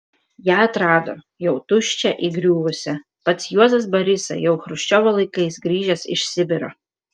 ją atrado jau tuščią įgriuvusią pats juozas barisa jau chruščiovo laikais grįžęs iš sibiro